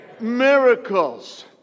miracles